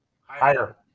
Higher